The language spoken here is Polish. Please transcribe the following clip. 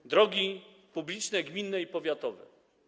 To drogi publiczne, gminne i powiatowe.